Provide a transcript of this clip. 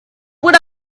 would